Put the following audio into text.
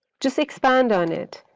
just expand on it,